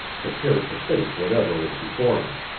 prepared to face whatever was before me.